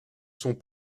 sont